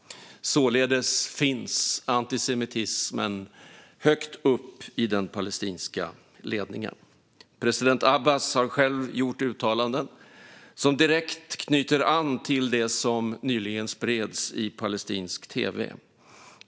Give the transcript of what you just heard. Således finns antisemitismen högt upp i den palestinska ledningen. President Abbas har själv gjort uttalanden som direkt knyter an till det som nyligen spreds i palestinsk tv.